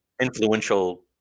Influential